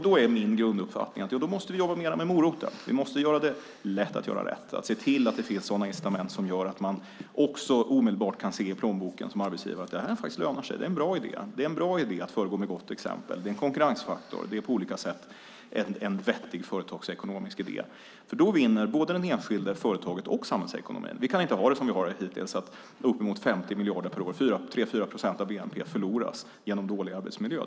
Då är min grunduppfattning att vi måste jobba mer med moroten. Vi måste göra det lätt att göra rätt, se till att det finns sådana incitament som gör att man också omedelbart kan se i plånboken som arbetsgivare att det faktiskt lönar sig, att det är en bra idé att föregå med gott exempel. Det är en konkurrensfaktor. Det är på olika sätt en vettig företagsekonomisk idé. Då vinner både den enskilde, företaget och samhällsekonomin. Vi kan inte ha det som det har varit hittills att uppemot 50 miljarder per år, tre fyra procent av bnp, förloras genom dålig arbetsmiljö.